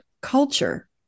culture